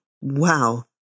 Wow